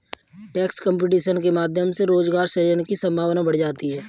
tax competition के माध्यम से रोजगार सृजन की संभावना बढ़ जाती है